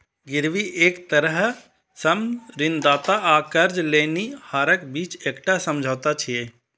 गिरवी एक तरह सं ऋणदाता आ कर्ज लेनिहारक बीच एकटा समझौता छियै